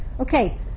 Okay